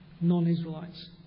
non-Israelites